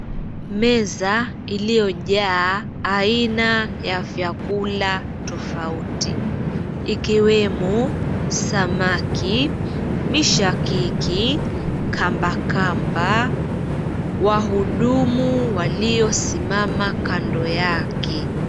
Meza iliyojaa aina ya vyakula tofauti, ikiwemo samaki, mishakiki, kambakamba. Wahudumu waliosimama kando yake.